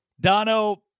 Dono